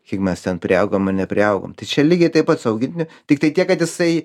kiek mes ten priaugom ar nepriaugom tai čia lygiai taip pat su augintiniu tiktai tiek kad jisai